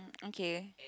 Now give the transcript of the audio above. okay